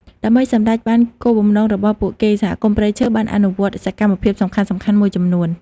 ដើម្បីសម្រេចបានគោលបំណងរបស់ពួកគេ សហគមន៍ព្រៃឈើបានអនុវត្តសកម្មភាពសំខាន់ៗមួយចំនួន។